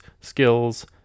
skills